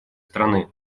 страны